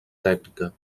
tècnica